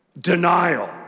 denial